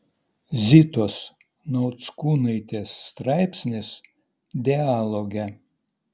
zitos nauckūnaitės straipsnis dialoge